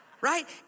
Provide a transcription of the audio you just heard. right